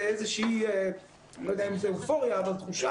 אני לא יודע אם זה אופוריה אבל זו תחושה